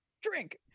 drink